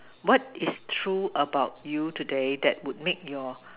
what is true about you today that would make your